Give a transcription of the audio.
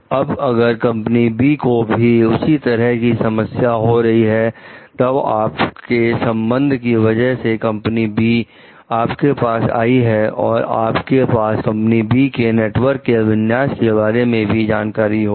अब अगर company B को भी उसी तरह की समस्या हो रही है तब आपके संबंधों की वजह से कंपनी बी आपके पास आई है और आपके पास कंपनी बी के नेटवर्क के विन्यास के बारे में भी जानकारी होगी